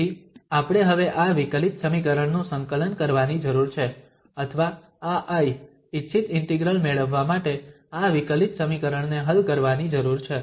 તેથી આપણે હવે આ વિકલિત સમીકરણ નું સંકલન કરવાની જરૂર છે અથવા આ I ઇચ્છિત ઇન્ટિગ્રલ મેળવવા માટે આ વિકલિત સમીકરણ ને હલ કરવાની જરૂર છે